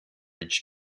each